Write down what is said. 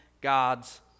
God's